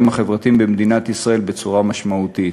החברתיים במדינת ישראל בצורה משמעותית.